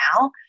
now